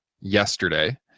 yesterday